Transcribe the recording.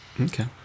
okay